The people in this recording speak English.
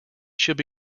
should